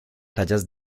tallas